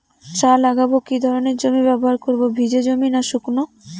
চা লাগাবো কি ধরনের জমি ব্যবহার করব ভিজে জমি নাকি শুকনো?